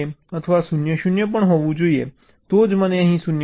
અથવા 0 0 પણ હોવું જોઈએ તો જ મને અહીં 0 મળશે